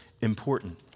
important